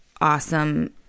awesome